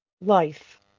life